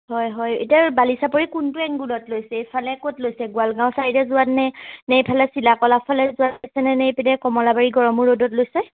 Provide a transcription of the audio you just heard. হয় হয় এতিয়া বালিচাপৰি কোনটো এংগলত লৈছে এইফালে ক'ত লৈছে গোৱালগাঁও ছাইডে যোৱাত নে নে এইফালে চিলাকলাফালে যোৱা হৈছেনে নে এইফালে কমলাবাৰী গৰমো ৰোডত লৈছে